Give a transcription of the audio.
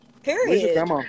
period